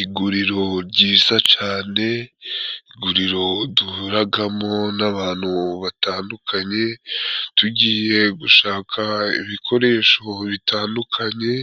Iguriro ryiza cane , iguriro duhuragamo n'abantu batandukanye tugiye gushaka ibikoresho bitandukanye ,